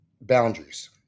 boundaries